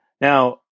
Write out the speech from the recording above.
Now